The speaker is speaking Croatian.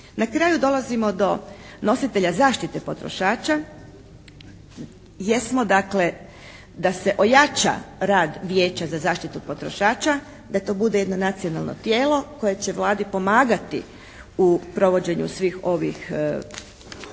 Na kraju dolazimo do nositelja zaštite potrošača, jesmo dakle da se ojača rad Vijeća za zaštitu potrošača, da to bude jedno nacionalno tijelo koje će Vladi pomagati u provođenju svih ovih